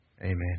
Amen